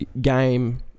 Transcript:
game